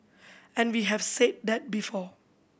and we have said that before